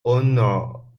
owner